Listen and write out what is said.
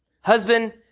Husband